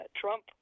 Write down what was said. trump